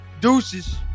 Deuces